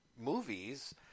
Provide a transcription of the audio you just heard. movies